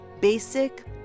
basic